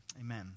Amen